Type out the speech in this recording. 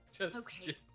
Okay